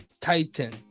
titan